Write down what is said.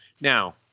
Now